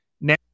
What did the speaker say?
Now